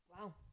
Wow